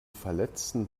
verletzten